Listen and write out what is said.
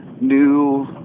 new